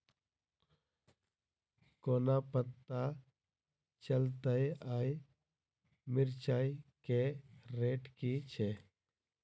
कोना पत्ता चलतै आय मिर्चाय केँ रेट की छै?